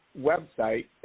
website